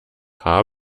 haar